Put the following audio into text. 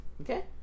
Okay